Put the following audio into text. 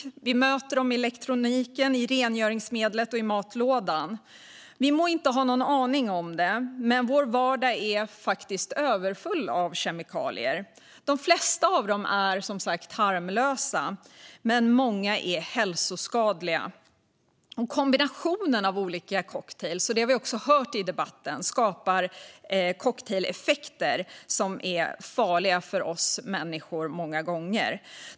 Vi möter dem i elektroniken, i rengöringsmedlet och i matlådan. Vi må inte ha en aning om det, men vår vardag är faktiskt överfull av kemikalier. De flesta av dem är som sagt harmlösa, men många är hälsoskadliga. Kombinationen av olika kemikalier - det har vi också hört i debatten - skapar cocktaileffekter som många gånger är farliga för oss människor.